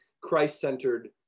Christ-centered